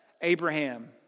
Abraham